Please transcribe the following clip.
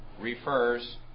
refers